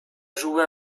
joué